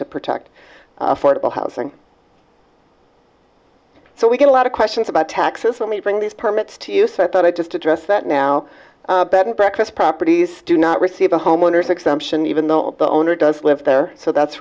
to protect affordable housing so we get a lot of questions about taxes let me bring these permits to use i thought i'd just address that now bed and breakfast properties do not receive a homeowner's exemption even though the owner does live there so that's